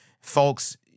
Folks